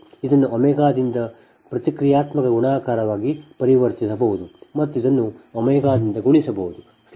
ಇದನ್ನು ಒಮೆಗಾದಿಂದ ಪ್ರತಿಕ್ರಿಯಾತ್ಮಕ ಗುಣಾಕಾರವಾಗಿ ಪರಿವರ್ತಿಸಬಹುದು ಮತ್ತು ಇದನ್ನು ಒಮೆಗಾದಿಂದ ಗುಣಿಸಬಹುದು